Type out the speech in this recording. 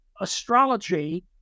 astrology